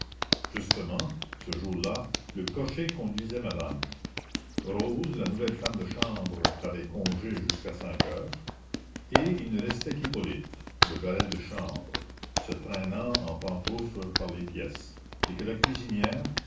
justement ce jour-là le cocher conduisait madame rose la nouvelle femme de chambre avait congé jusqu'à cinq heures et il ne restait qu'hippolyte le valet de chambre se traînant en pantoufles par les pièces et que la cuisinière